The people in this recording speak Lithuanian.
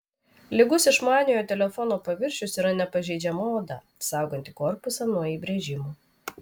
lygus išmaniojo telefono paviršius yra nepažeidžiama oda sauganti korpusą nuo įbrėžimų